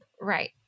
right